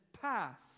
path